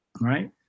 Right